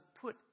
put